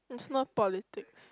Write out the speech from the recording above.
is no politics